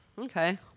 Okay